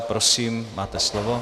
Prosím, máte slovo.